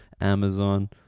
Amazon